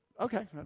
Okay